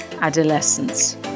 adolescence